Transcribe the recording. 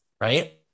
Right